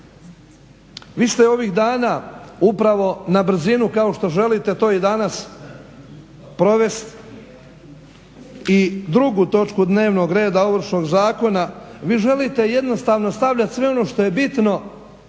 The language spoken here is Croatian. Vi ste ovih dana upravo na brzinu kao što želite to i danas provesti i drugu točku dnevnog reda Ovršnog zakona, vi želite jednostavno stavljati sve ono što je bino